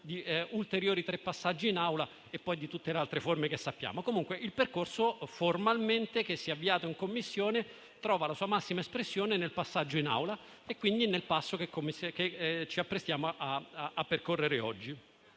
tre ulteriori passaggi in Aula e poi di tutte le altre formalità che sappiamo. Il percorso che si è formalmente avviato in Commissione trova la sua massima espressione nel passaggio in Aula e quindi nel passo che ci apprestiamo a compiere oggi.